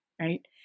right